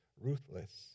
ruthless